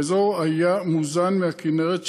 האזור היה מוזן מהכינרת,